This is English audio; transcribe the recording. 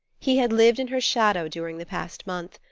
he had lived in her shadow during the past month.